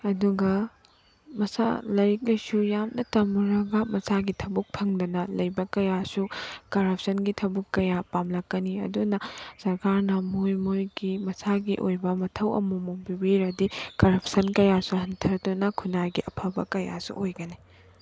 ꯑꯗꯨꯒ ꯃꯁꯥ ꯂꯥꯏꯔꯤꯛ ꯂꯥꯏꯁꯨ ꯌꯥꯝꯅ ꯇꯝꯃꯨꯔꯒ ꯃꯁꯥꯒꯤ ꯊꯕꯛ ꯐꯪꯗꯅ ꯂꯩꯕ ꯀꯌꯥꯁꯨ ꯀꯔꯞꯁꯟꯒꯤ ꯊꯕꯛ ꯀꯌꯥ ꯄꯥꯝꯂꯛꯀꯅꯤ ꯑꯗꯨꯅ ꯁꯔꯀꯥꯔꯅ ꯃꯣꯏ ꯃꯣꯏꯒꯤ ꯃꯁꯥꯒꯤ ꯑꯣꯏꯕ ꯃꯊꯧ ꯑꯃꯨꯛꯃꯨꯛ ꯄꯤꯕꯤꯔꯗꯤ ꯀꯔꯞꯁꯟ ꯀꯌꯥꯁꯨ ꯍꯟꯊꯗꯨꯅ ꯈꯨꯟꯅꯥꯏꯒꯤ ꯑꯐꯕ ꯀꯌꯥꯁꯨ ꯑꯣꯏꯒꯅꯤ